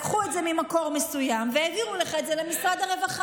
לקחו את זה ממקור מסוים והעבירו לך את זה למשרד הרווחה.